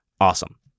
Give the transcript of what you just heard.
Awesome